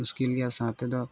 ᱢᱩᱥᱠᱤᱞ ᱜᱮᱭᱟ ᱥᱟᱶ ᱛᱮᱫᱚ